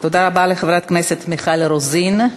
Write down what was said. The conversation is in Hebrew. תודה רבה לחברת הכנסת מיכל רוזין.